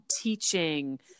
teaching